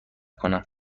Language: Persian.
کنم